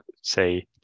say